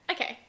Okay